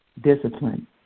discipline